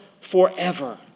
forever